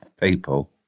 people